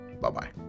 Bye-bye